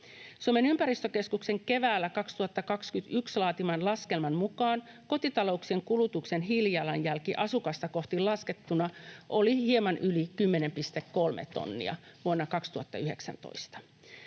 Suomen ympäristökeskuksen keväällä 2021 laatiman laskelman mukaan kotitalouksien kulutuksen hiilijalanjälki asukasta kohti laskettuna oli hieman yli 10,3 tonnia vuonna 2019.